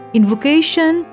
Invocation